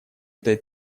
этой